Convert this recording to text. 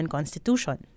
Constitution